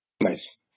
Nice